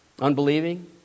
unbelieving